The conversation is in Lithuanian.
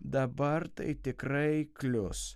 dabar tai tikrai klius